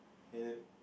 get it